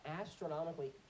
astronomically